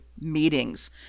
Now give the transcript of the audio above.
meetings